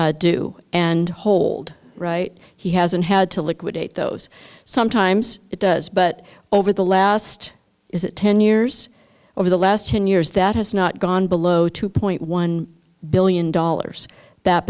do and hold right he hasn't had to liquidate those sometimes it does but over the last is it ten years over the last ten years that has not gone below two point one billion dollars that